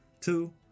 Two